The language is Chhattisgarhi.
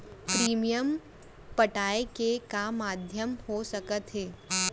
प्रीमियम पटाय के का का माधयम हो सकत हे?